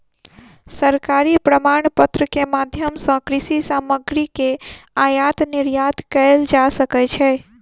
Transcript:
सरकारी प्रमाणपत्र के माध्यम सॅ कृषि सामग्री के आयात निर्यात कयल जा सकै छै